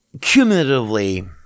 Cumulatively